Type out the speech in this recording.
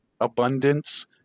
abundance